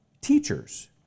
teachers